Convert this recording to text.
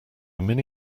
many